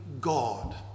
God